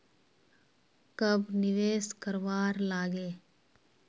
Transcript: कब निवेश करवार लागे?